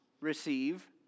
receive